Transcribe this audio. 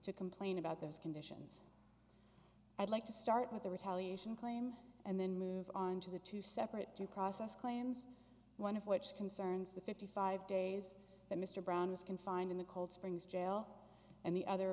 to complain about those conditions i'd like to start with the retaliation claim and then move on to the two separate due process claims one of which concerns the fifty five days that mr brown was confined in the cold springs jail and the other